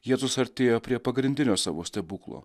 jėzus artėjo prie pagrindinio savo stebuklo